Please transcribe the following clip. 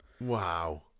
Wow